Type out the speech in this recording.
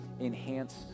enhance